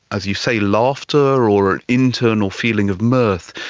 as you say, laughter or an internal feeling of mirth,